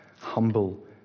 humble